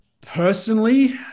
personally